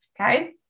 okay